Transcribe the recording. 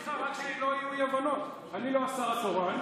רק סליחה, שלא יהיו אי-הבנות, אני לא השר התורן.